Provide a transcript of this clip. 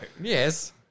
Yes